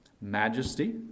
majesty